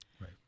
Right